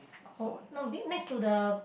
hold no bin next to the